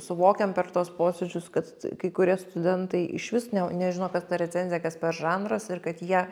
suvokiam per tuos posėdžius kad kai kurie studentai išvis ne nežino kas ta recenzija kas per žanras ir kad jie